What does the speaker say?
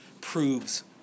proves